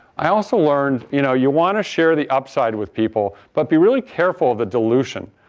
i also learned you know you want to share the upside with people, but be really careful of the dilution.